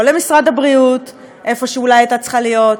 לא למשרד הבריאות, איפה שאולי הייתה צריכה להיות.